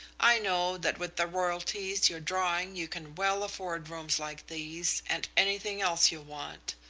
i know that with the royalties you're drawing you can well afford rooms like these and anything else you want.